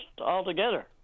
altogether